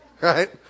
Right